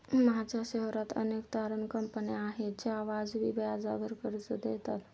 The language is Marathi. माझ्या शहरात अनेक तारण कंपन्या आहेत ज्या वाजवी व्याजावर कर्ज देतात